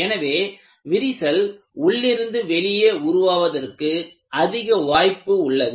எனவே விரிசல் உள்ளிருந்து வெளியே உருவாவதற்கு அதிக வாய்ப்பு உள்ளது